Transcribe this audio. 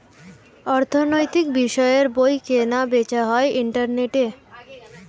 অর্থনৈতিক বিষয়ের বই কেনা বেচা হয় ইন্টারনেটে